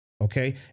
okay